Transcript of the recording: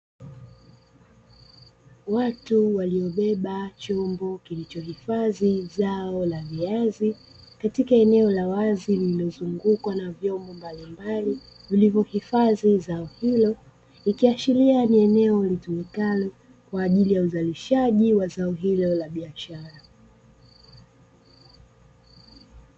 Watu waliobeba chombo kilichohifadhi zao la viazi katika eneo la wazi lililozungukwa na vyombo mbalimbali vilivyohifadhi zao hilo. ikiashiria ni eneo litumikalo kwa ajili ya uzalishaji wa zao hilo la biashara.